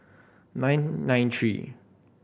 nine nine three